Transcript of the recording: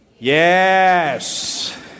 Yes